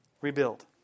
rebuild